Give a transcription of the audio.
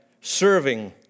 serving